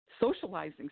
socializing